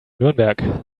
nürnberg